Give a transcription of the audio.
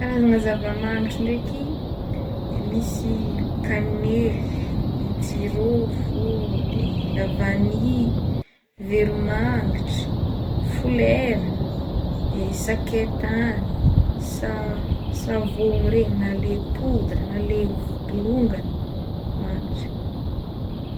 Karazagna zava-magnitra ndraiky misy kanely, jirofo, de la vanille, vero magnitra, folera, sakaitany, sa-savôgno regny na le poudre na le bolongany magnitra.